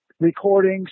recordings